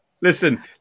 Listen